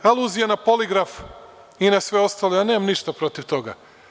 Aluzija na poligraf i na sve ostalo, ja nemam ništa protiv toga.